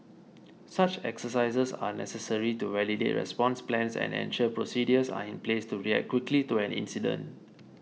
such exercises are necessary to validate response plans and ensure procedures are in place to react quickly to an incident